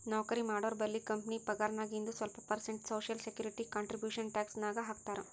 ನೌಕರಿ ಮಾಡೋರ್ಬಲ್ಲಿ ಕಂಪನಿ ಪಗಾರ್ನಾಗಿಂದು ಸ್ವಲ್ಪ percent social security contribution tax ನಾಗ್ ಹಾಕ್ತಾರ್